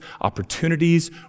opportunities